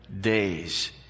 days